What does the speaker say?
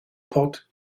pot